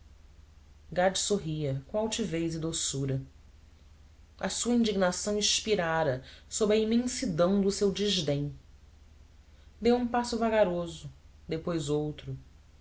gade sorria com altivez e doçura a sua indignação expirara sob a imensidão do seu desdém deu um passo vagaroso depois outro